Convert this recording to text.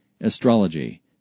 astrology